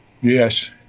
Yes